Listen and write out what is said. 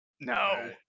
No